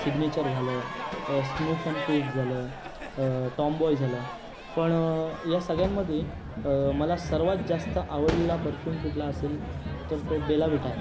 signature झालं snuff and puff झालं tomboy झालं पण या सगळ्यामध्ये मला सर्वात जास्त आवडलेला परफ्युम कुठला असेल तर तो बेला विटा आहे